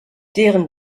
deren